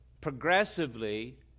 Progressively